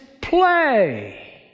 play